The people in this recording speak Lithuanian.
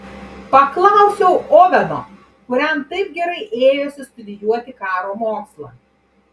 paklausiau oveno kuriam taip gerai ėjosi studijuoti karo mokslą